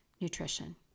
nutrition